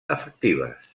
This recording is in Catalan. efectives